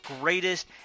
greatest